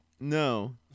No